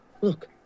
Look